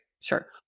Sure